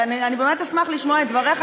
ואני באמת אשמח לשמוע את דבריך,